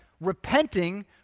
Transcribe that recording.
repenting